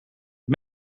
dit